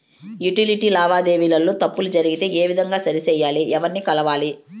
Utility లావాదేవీల లో తప్పులు జరిగితే ఏ విధంగా సరిచెయ్యాలి? ఎవర్ని కలవాలి?